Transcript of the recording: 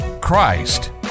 Christ